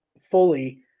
fully